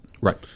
Right